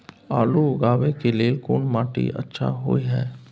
आलू उगाबै के लेल कोन माटी अच्छा होय है?